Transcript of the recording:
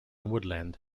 woodland